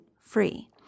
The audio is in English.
free